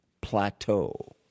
plateau